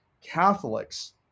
Catholics